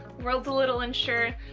world's a little unsure.